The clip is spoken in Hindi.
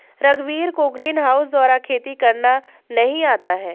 रघुवीर को ग्रीनहाउस द्वारा खेती करना नहीं आता है